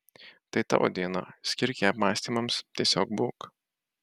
tai tavo diena skirk ją apmąstymams tiesiog būk